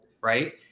right